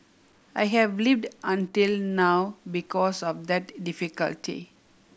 I have lived until now because of that difficulty